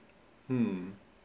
mm